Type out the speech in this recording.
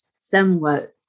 somewhat